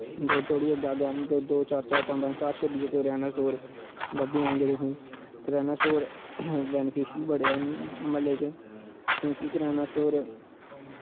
थोह्ड़ी थोह्ड़ी अग्गें अग्गें दो दो चार चार पंज पंज घर छड्डियै ते करैना स्टोर लब्भी जंदे तुसें करैना स्टोर बैनिफिशियल बड़े ऐ मह्ल्ले च क्योंकि करैना स्टोर